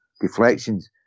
deflections